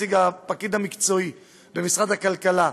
הפקיד המקצועי במשרד הכלכלה,